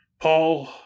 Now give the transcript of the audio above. Paul